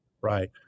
right